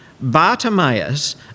Bartimaeus